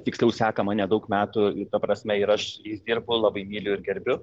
tiksliau seka mane daug metų ta prasme ir aš jais dirbu labai myliu ir gerbiu